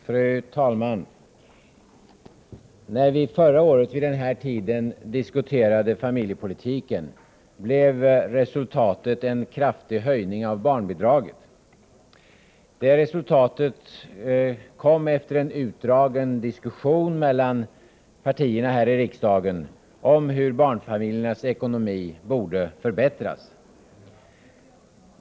Fru talman! När vi förra året vid den här tiden diskuterade familjepolitiken blev resultatet en kraftig höjning av barnbidraget. Det resultatet kom efter en utdragen diskussion mellan partierna här i riksdagen om hur barnfamiljernas ekonomi borde förbättras.